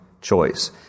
choice